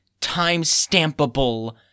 time-stampable